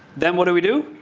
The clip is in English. then, what do we do?